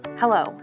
Hello